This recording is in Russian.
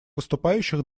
выступающих